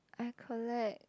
I collect